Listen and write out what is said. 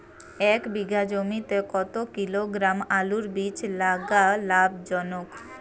এক বিঘা জমিতে কতো কিলোগ্রাম আলুর বীজ লাগা লাভজনক?